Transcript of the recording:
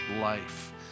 life